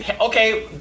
Okay